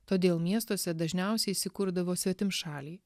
todėl miestuose dažniausiai įsikurdavo svetimšaliai